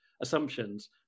assumptions